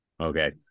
Okay